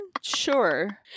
sure